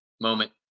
moment